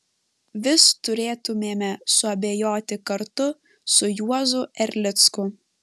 vis turėtumėme suabejoti kartu su juozu erlicku